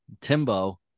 Timbo